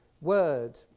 word